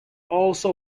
also